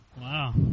Wow